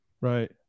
Right